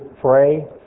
pray